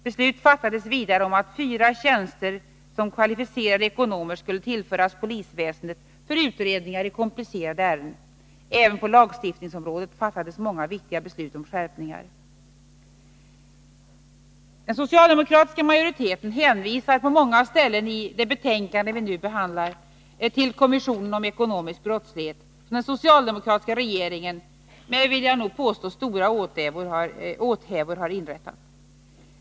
Beslut fattades vidare om att fyra tjänster som kvalificerade ekonomer skulle tillföras polisväsendet för utredningar i komplicerade ärenden. Även på lagstiftningsområdet fattades många viktiga beslut om skärpningar. Den socialdemokratiska majoriteten hänvisar på många ställen i det betänkande vi nu behandlar till kommissionen mot ekonomisk brottslighet som den socialdemokratiska regeringen med, vill jag nog påstå, stora åthävor har inrättat.